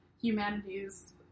humanities